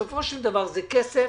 בסופו של דבר זה כסף